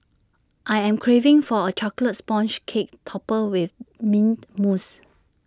I am craving for A Chocolate Sponge Cake Topped with Mint Mousse